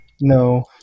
No